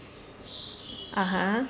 (uh huh)